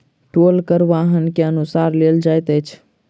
टोल कर वाहन के अनुसार लेल जाइत अछि